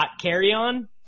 carry-on